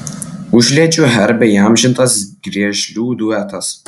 užliedžių herbe įamžintas griežlių duetas